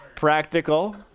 Practical